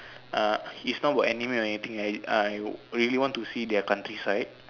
uh it's not about anime or anything right I would really want to see their countryside